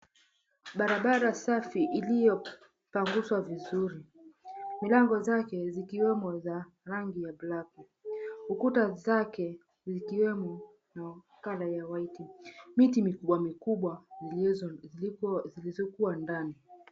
Barabara safi iliyopanguswa vizuri. Milango zake zikiwemo za rangi ya black ukuta zake zikiwemo color ya white . Miti mikubwa mikubwa lipo zilizokua ndani.